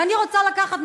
ואני רוצה לקחת,